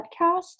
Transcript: podcast